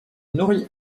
nourrit